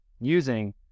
using